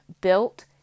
built